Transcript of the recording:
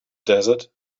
desert